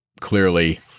clearly